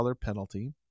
penalty